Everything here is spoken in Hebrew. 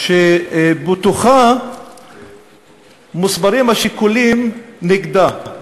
שבתוכה מוסברים השיקולים נגדה.